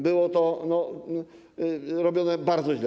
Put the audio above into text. Było to robione bardzo źle.